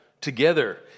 together